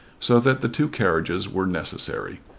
so that the two carriages were necessary.